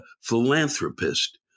philanthropist